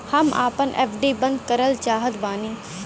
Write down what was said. हम आपन एफ.डी बंद करल चाहत बानी